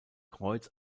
kreuz